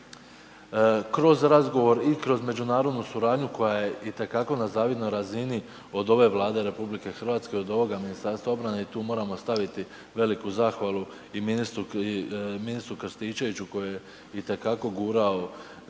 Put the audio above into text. kroz razgovor i kroz međunarodnu suradnju koja je itekako na zavidnoj razini od ove Vlade RH i od ovoga Ministarstva obrane i tu moramo staviti veliku zahvalu i ministru Krstičeviću koji je itekako gurao